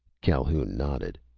calhoun nodded.